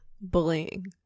bullying